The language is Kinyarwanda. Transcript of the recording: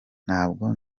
ntabwo